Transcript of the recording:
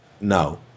no